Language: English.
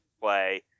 play